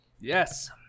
Yes